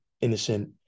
innocent